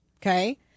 okay